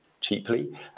cheaply